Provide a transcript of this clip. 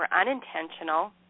unintentional